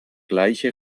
gleiche